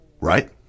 Right